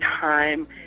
time